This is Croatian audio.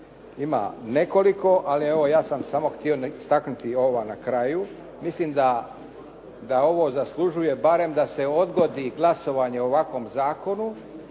ima nekoliko, ali evo, ja sam samo htio istaknuti ova na kraju. Mislim da ovo zaslužuje barem da se odgodi glasovanje o ovakvom zakonu